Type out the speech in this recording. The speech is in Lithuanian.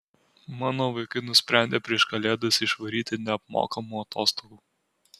mano vaikai nusprendė prieš kalėdas išvaryti neapmokamų atostogų